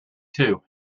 too